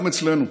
גם אצלנו.